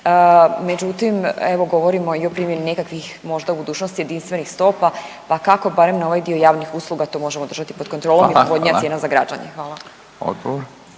međutim evo govorimo i o primjeni možda u budućnosti jedinstvenih stopa pa kako barem na ovaj dio javnih usluga to možemo držati pod kontrolom …/Upadica: Hvala, hvala./…